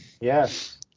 yes